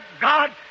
God